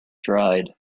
dried